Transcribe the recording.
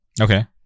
Okay